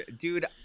dude